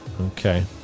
Okay